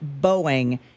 Boeing